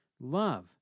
love